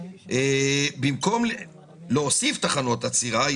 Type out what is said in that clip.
במקום להוסיף תחנות עצירה,